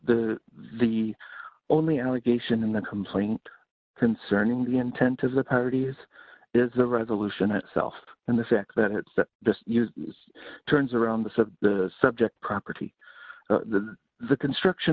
the the only allegation in the complaint concerning the intent of the parties is the resolution itself and the sec that it's that the turns around the the subject property to the construction